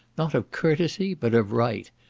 not of courtesy, but of right,